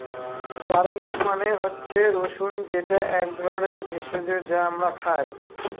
garlic মানে হচ্ছে রসুন যেটা এক ধরনের ভেষজ যা আমরা খাই